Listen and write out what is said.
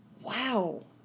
Wow